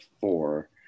four